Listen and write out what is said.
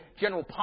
general